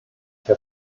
herr